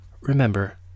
remember